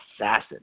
assassin